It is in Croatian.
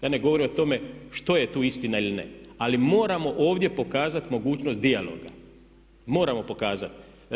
Ja ne govorim o tome što je tu istina ili ne, ali moramo ovdje pokazati mogućnost dijaloga, moramo pokazati.